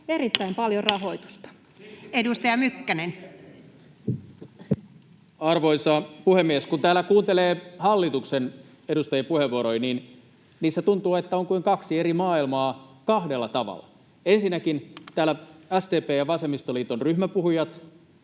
Time: 15:16 Content: Arvoisa puhemies! Kun täällä kuuntelee hallituksen edustajien puheenvuoroja, niin tuntuu, että niissä on kuin kaksi eri maailmaa kahdella tavalla. Ensinnäkin täällä SDP:n ja vasemmistoliiton ryhmäpuhujat